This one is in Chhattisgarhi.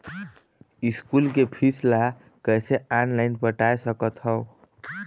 स्कूल के फीस ला कैसे ऑनलाइन पटाए सकत हव?